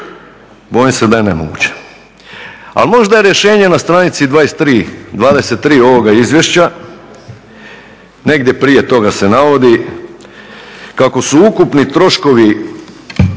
Bojim se da je nemoguće. Ali možda je rješenje na stranici 23. ovoga Izvješća, negdje prije toga se navodi kako su ukupni troškovi